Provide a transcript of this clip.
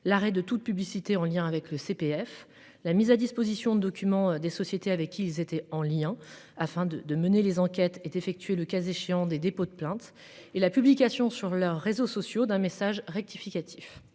L'arrêt de toute publicité en lien avec le CPF. La mise à disposition de documents des sociétés avec ils étaient en lien afin de de mener les enquêtes est effectué, le cas échéant, des dépôts de plainte et la publication sur leurs réseaux sociaux d'un message rectificatif.